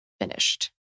finished